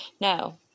No